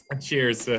Cheers